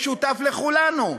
משותף לכולנו.